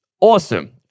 Awesome